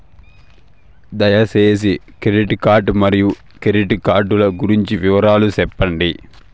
దయసేసి credit card మరియు credit card లు గురించి వివరాలు సెప్పండి?